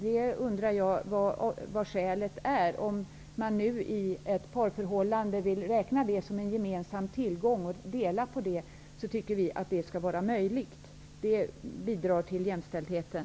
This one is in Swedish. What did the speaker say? Jag undrar vad ni har för skäl. Om man i ett parförhållande vill räkna pensionspoängen som en gemensam tillgång och dela på den, tycker vi att det skall vara möjligt. Det bidrar till jämställdheten.